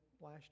last